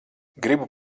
gribu